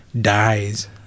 dies